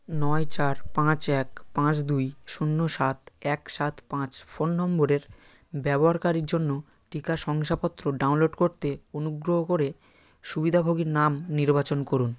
নয় চার পাঁচ এক পাঁচ দুই শূন্য সাত এক সাত পাঁচ ফোন নম্বরের ব্যবহারকারীর জন্য টিকা শংসাপত্র ডাউনলোড করতে অনুগ্রহ করে সুবিধাভোগীর নাম নির্বাচন করুন